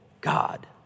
God